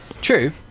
True